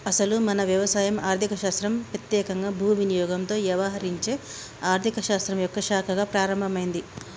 అసలు మన వ్యవసాయం ఆర్థిక శాస్త్రం పెత్యేకంగా భూ వినియోగంతో యవహరించే ఆర్థిక శాస్త్రం యొక్క శాఖగా ప్రారంభమైంది